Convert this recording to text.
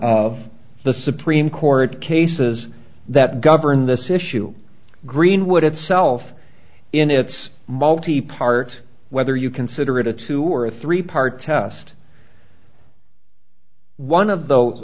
of the supreme court cases that govern this issue greenwood itself in its multipart whether you consider it a two or three part test one of th